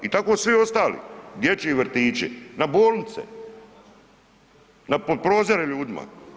I tako svi ostali, dječji vrtići, na bolnice, na prozore ljudima.